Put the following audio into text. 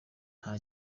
nta